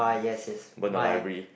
burn the library